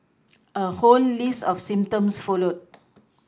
a whole list of symptoms followed